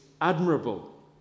admirable